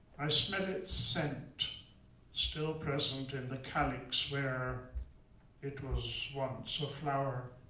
i smell its scent still present in the calyx where it was once a flower.